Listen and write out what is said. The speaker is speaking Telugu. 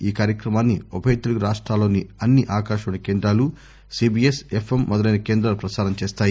ఈ కార్యక్రమాన్ని ఉభయ తెలుగు రాష్ట్రాల్లోని అన్ని ఆకాశవాణి కేందాలు సీబీఎస్ ఎఫ్ఎం మొదలైన కేందాలు పసారం చేస్తాయి